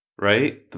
right